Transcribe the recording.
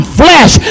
flesh